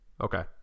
Okay